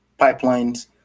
pipelines